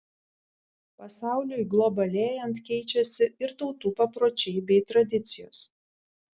pasauliui globalėjant keičiasi ir tautų papročiai bei tradicijos